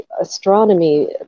astronomy